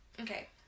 okay